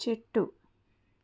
చెట్టు